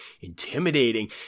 intimidating